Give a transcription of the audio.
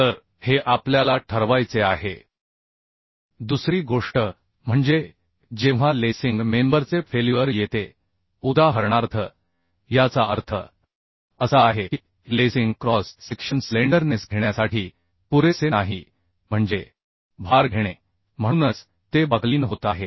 तर हे आपल्याला ठरवायचे आहे दुसरी गोष्ट म्हणजे जेव्हा लेसिंग मेंबरचे फेल्युअर येते उदाहरणार्थ याचा अर्थ असा आहे की लेसिंग क्रॉस सेक्शन स्लेंडरनेस घेण्यासाठी पुरेसे नाही म्हणजे भार घेणे म्हणूनच ते बकलिन होत आहे